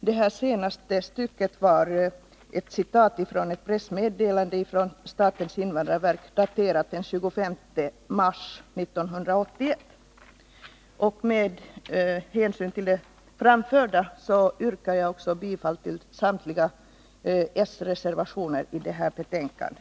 Det sista stycket har jag hämtat från ett pressmeddelande från statens invandrarverk. Det är daterat den 25 mars 1981. Med hänvisning till det anförda yrkar jag bifall till samtliga s-reservationer vid detta betänkande.